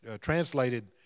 translated